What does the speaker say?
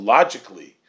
Logically